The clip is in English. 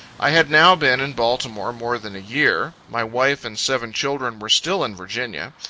i had now been in baltimore more than a year. my wife and seven children were still in virginia.